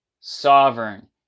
sovereign